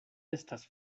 estas